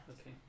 Okay